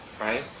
right